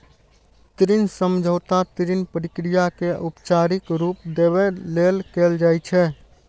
ऋण समझौता ऋण प्रक्रिया कें औपचारिक रूप देबय लेल कैल जाइ छै